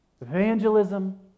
evangelism